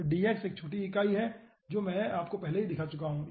तो dx एक छोटी इकाई है जो मैं आपको पहले ही दिखा चुका हूँ